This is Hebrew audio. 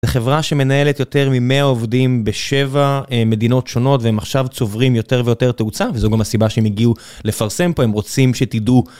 זה חברה שמנהלת יותר מ-100 עובדים בשבע מדינות שונות, והם עכשיו צוברים יותר ויותר תאוצה, וזו גם הסיבה שהם הגיעו לפרסם פה, הם רוצים שתדעו.